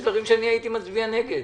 יש דברים שאני הייתי מצביע נגד.